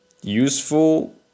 useful